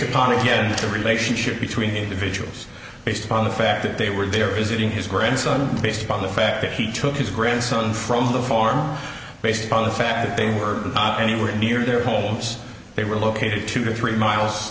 upon again the relationship between individuals based upon the fact that they were there visiting his grandson based upon the fact that he took his grandson from the farm based upon the fact that they were not anywhere near their homes they were located two to three miles